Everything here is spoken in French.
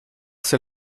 c’est